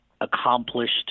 accomplished